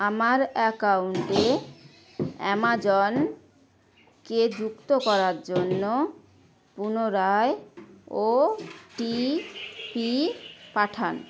আমার অ্যাকাউন্টে অ্যামাজনকে যুক্ত করার জন্য পুনরায় ও টি পি পাঠান